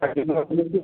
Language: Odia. ତାଗିଦ ନ କରିଲେ କେମିତି